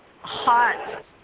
hot